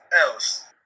else